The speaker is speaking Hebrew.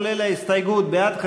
כולל ההסתייגות: בעד,